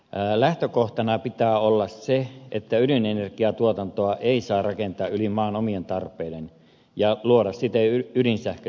lähtökohtana pitää olla se että ydinenergiatuotantoa ei saa rakentaa yli maan omien tarpeiden ja luoda siten ydinsähköstä vientituotetta